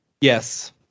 Yes